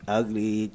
ugly